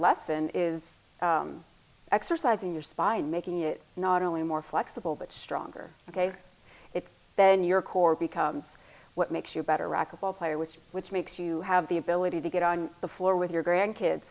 lesson is exercising your spine making it not only more flexible but stronger ok it's then your core becomes what makes you a better racquetball player which which makes you have the ability to get on the floor with your grandkids